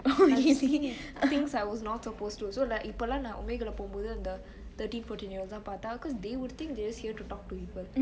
seeing things I was not supposed to so like இப்பெல்லா நா:ipeelaa naa omeagle போமொது அந்த:pomothu anthe thirteen fourteen year old பாத்தா:paatha cause they would think you are just hear to talk to you